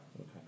Okay